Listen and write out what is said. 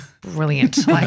brilliant